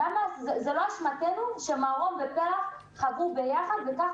זו לא אשמתנו שמרום ופר"ח חברו יחד וכך